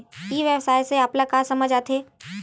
ई व्यवसाय से आप ल का समझ आथे?